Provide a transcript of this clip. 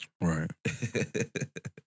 right